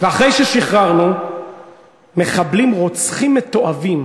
ואחרי ששחררנו מחבלים רוצחים מתועבים,